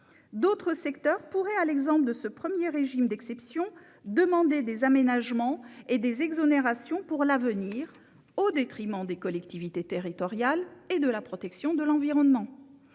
D'autres secteurs pourraient à l'exemple de ce premier régime d'exception demander des aménagements et des exonérations pour l'avenir, au détriment des collectivités territoriales et de la protection de l'environnement.